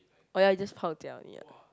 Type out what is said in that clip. oh ya you just pai tao only ah